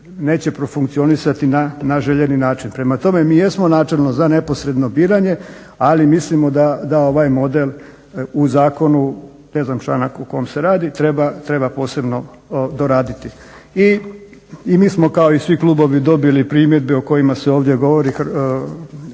neće profunkcionirati na željeni način. Prema tome mi jesmo načelno za neposredno biranje, ali mislimo da ovaj model u zakonu, ne znam članak o kojem se radi, treba posebno doraditi. I mi smo kao i svi klubovi dobili primjedbe o kojima se ovdje govori Obrtničke